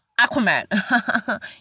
Aquaman